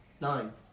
Nine